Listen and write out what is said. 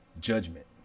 judgment